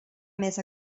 més